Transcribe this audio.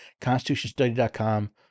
constitutionstudy.com